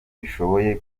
bishoboye